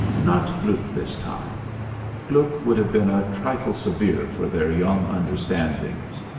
not gluck this time gluck would have been a trifle severe for their young understandings.